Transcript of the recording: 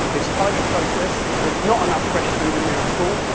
it's highly processed, there's not enough fresh food in there at all.